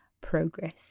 progress